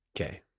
Okay